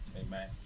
Amen